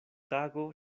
tago